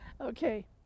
Okay